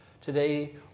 today